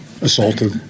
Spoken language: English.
assaulted